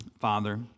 Father